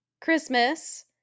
Christmas